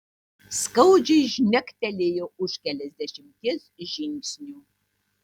skaudžiai žnektelėjo už keliasdešimties žingsnių